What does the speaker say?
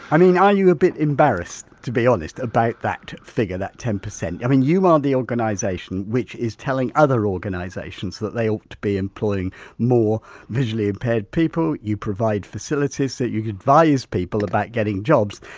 i mean are you a bit embarrassed, to be honest, about that figure that ten percent? i mean you are the organisation which is telling other organisations that they ought to be employing more visually impaired people, you provide facilities so that you can advise people about getting jobs,